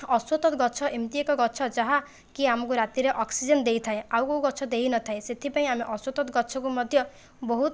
ଅଶ୍ୱତଥ୍ ଗଛ ଏମିତି ଏକ ଗଛ ଯାହାକି ଆମକୁ ରାତିରେ ଅକ୍ସିଜେନ ଦେଇଥାଏ ଆଉ କେଉଁ ଗଛ ଦେଇ ନଥାଏ ସେଥିପାଇଁ ଆମେ ଅଶ୍ୱତଥ୍ ଗଛକୁ ମଧ୍ୟବହୁତ